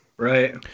Right